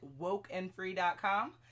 WokeandFree.com